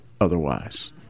otherwise